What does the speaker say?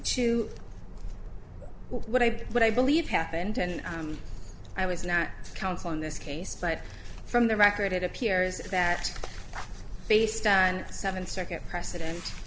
to what i what i believe happened and i was not counsel in this case but from the record it appears that based on the seven circuit preceden